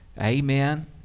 Amen